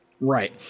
Right